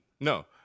No